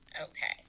Okay